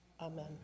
Amen